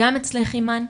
גם אצלך אימאן.